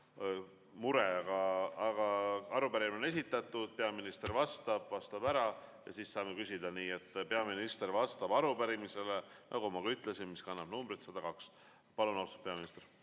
mure. Aga arupärimine on esitatud, peaminister vastab ära ja siis saame küsida. Nii et peaminister vastab arupärimisele, nagu ma ütlesin, mis kannab numbrit 102. Palun, austatud peaminister!